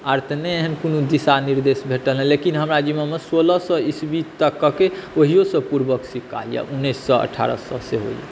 आर तऽ नहि एहन कोनो दिशानिर्देश भेटल यऽ लेकिन हमरा ज़िम्मामे सोलह सए ईसवी तकके ओहिसॅं पूर्वक सिक्का यऽ उन्नैस सए अठारह सए सेहो यऽ